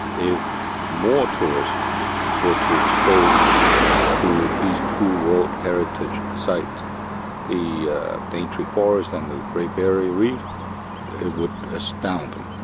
if more tourists were to be exposed to these two world heritage sites the daintree forest and the great barrier reef it would astound them.